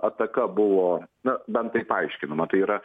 ataka buvo nu bent taip aiškinama tai yra